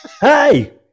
Hey